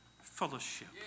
fellowship